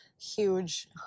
huge